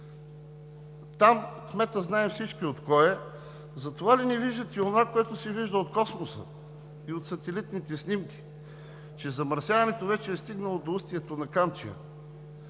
там кметът от кои е, затова ли не виждате онова, което се вижда от Космоса и от сателитните снимки – че замърсяването вече е стигнало до устието на Камчия?!